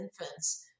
infants